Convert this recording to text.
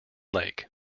lake